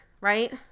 right